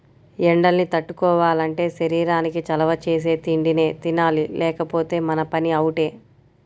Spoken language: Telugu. ఎండల్ని తట్టుకోవాలంటే శరీరానికి చలవ చేసే తిండినే తినాలి లేకపోతే మన పని అవుటే